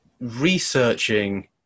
researching